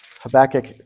Habakkuk